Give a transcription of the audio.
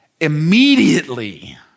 immediately